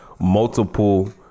multiple